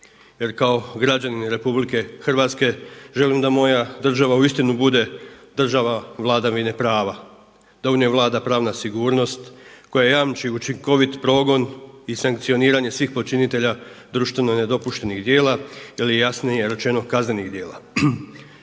Jer kao građanin RH želim da moja država uistinu bude država vladavine prava, da u njoj vlada pravna sigurnost koja jamči učinkovit progon i sankcioniranje svih počinitelja društveno nedopuštenih djela ili jasnije rečeno kaznenih djela.